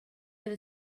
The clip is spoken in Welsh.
fydd